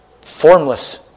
formless